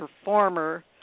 performer